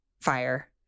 fire